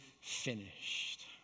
finished